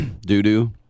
doo-doo